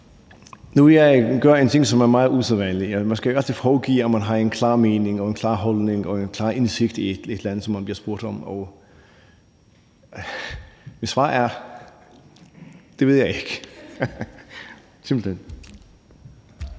Nu vil jeg gøre en ting, som er meget usædvanlig. Man skal altid foregive, at man har en klar mening, har en klar holdning og en klar indsigt i et eller andet, som man bliver spurgt om. Mit svar er: Det ved jeg ikke. Simpelt hen.